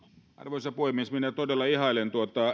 arvoisa puhemies minä todella ihailen tuota